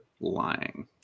Lying